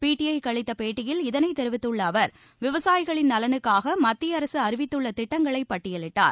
PTI க்கு அளித்த பேட்டியில் இதனைத் தெரிவித்துள்ள அவர் விவசாயிகளின் நலனுக்காக மத்திய அரசு அறிவித்துள்ள திட்டங்களை பட்டியலிட்டார்